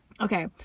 Okay